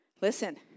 Listen